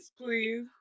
please